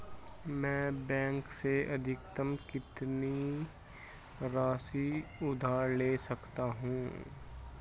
मैं बैंक से अधिकतम कितनी राशि उधार ले सकता हूँ?